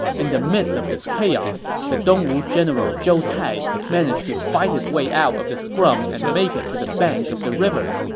and the midst of this chaos, the dongwu general zhou tai managed to fight his way out of the scrum and make it to the bank of the river.